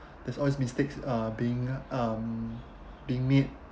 there's always mistakes uh being um being made